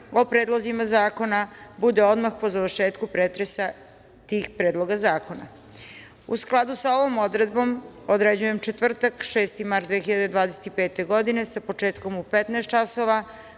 o predlozima zakona bude odmah po završetku pretresa tih predloga zakona.U skladu sa ovom odredbom, određujem četvrtak, 6. marta 2025. godine sa početkom u 15.00